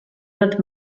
earth